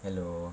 hello